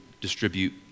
distribute